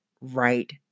right